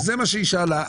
וזה מה שהיא שאלה,